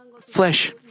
flesh